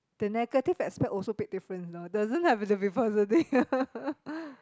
the negative aspect also big difference you know doesn't have to be positive